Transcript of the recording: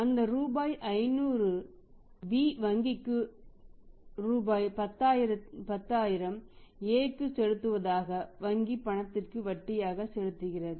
அந்த ரூபாய் 500 B வங்கிக்கு ரூபாய் 10000 Aஇக்கு செலுத்துவதற்காக வாங்கிய பணத்திற்கு வட்டியாக செலுத்துகிறார்